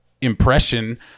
Impression